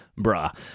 bruh